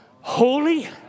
holy